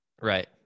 Right